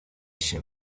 się